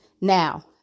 Now